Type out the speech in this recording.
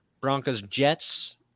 Broncos-Jets –